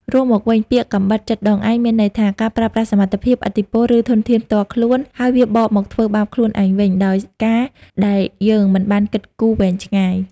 រួមមកវិញ ពាក្យ «កាំបិតចិតដងឯង» មានន័យថា ការប្រើប្រាស់សមត្ថភាព ឥទ្ធិពល ឬធនធានផ្ទាល់ខ្លួន ហើយវាបកមកធ្វើបាបខ្លួនឯងវិញ ដោយការដែលយើងមិនបានគិតគូរវែងឆ្ងាយ។